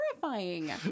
terrifying